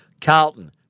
Carlton